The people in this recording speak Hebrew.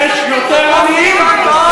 רצינו רק לדעת, יש יותר עניים או פחות עניים?